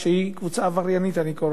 צריך לטפל בהם במסגרת החוק,